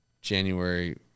January